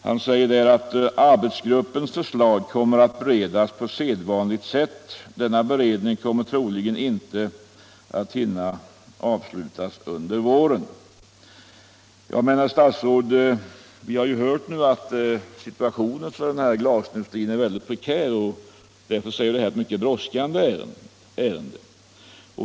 Han säger där: ”Arbetsgruppens förslag kommer att. LL beredas på sedvanligt sätt. Denna beredning kommer troligen inte att Om åtgärder för att hinna avslutas under våren.” Men, herr statsråd, vi har nu hört att si = stödja den manueltuationen för glasindustrin är mycket prekär och att detta därför är ett — la glasindustrin mycket brådskande ärende.